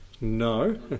No